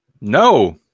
No